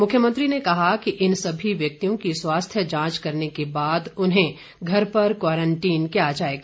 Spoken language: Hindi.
मुख्यमंत्री ने कहा कि इन सभी व्यक्तियों की स्वास्थ्य जांच करने के बाद उन्हें घर पर क्वारन्टीन किया जाएगा